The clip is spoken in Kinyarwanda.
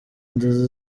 inzozi